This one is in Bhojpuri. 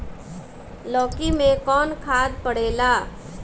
लौकी में कौन खाद पड़ेला?